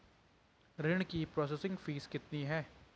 ऋण की processing fees कितनी है?